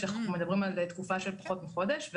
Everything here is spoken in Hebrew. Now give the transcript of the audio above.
ואנחנו מדברים על תקופה של פחות מחודש.